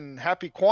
Happy